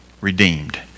redeemed